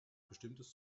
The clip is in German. bestimmtes